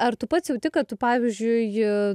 ar tu pats jauti kad tu pavyzdžiui